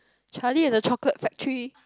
Charlie-and-the-chocolate-factory